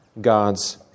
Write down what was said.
God's